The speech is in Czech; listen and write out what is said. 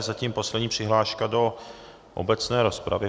Zatím poslední přihláška do obecné rozpravy.